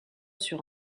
sur